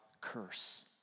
curse